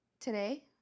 today